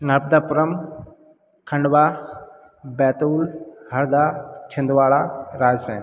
Narmadapuram Khandwa Betul Harda Chhindwara Raisen